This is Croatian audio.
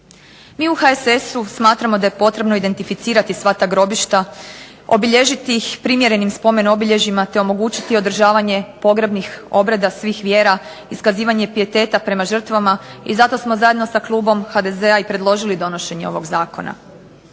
Mi u HSS-u smatramo da je potrebno identificirati sva ta grobišta, obilježiti ih primjerenim spomen obilježjima, te omogućiti održavanje pogrebnih obreda svih vjera, iskazivanje pijeteta prema žrtvama, i zato smo zajedno sa klubom HDZ-a i predložili donošenje ovog zakona.